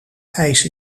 ijs